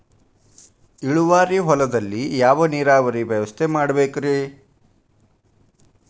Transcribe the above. ಇಳುವಾರಿ ಹೊಲದಲ್ಲಿ ಯಾವ ನೇರಾವರಿ ವ್ಯವಸ್ಥೆ ಮಾಡಬೇಕ್ ರೇ?